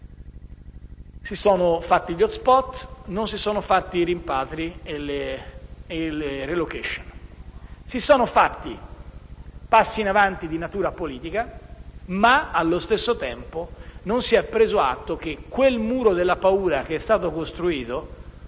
Si sono fatti gli *hotspot*, ma non si sono fatti i rimpatri né le *relocation*. Si sono fatti passi in avanti di natura politica, ma allo stesso tempo non si è preso atto che il muro della paura, che è stato costruito,